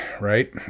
right